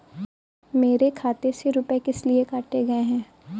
मेरे खाते से रुपय किस लिए काटे गए हैं?